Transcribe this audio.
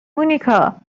مونیکا